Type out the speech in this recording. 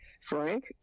Frank